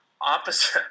Opposite